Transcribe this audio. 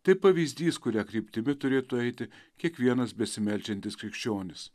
tai pavyzdys kuria kryptimi turėtų eiti kiekvienas besimeldžiantis krikščionis